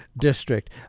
district